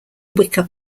wicker